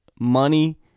money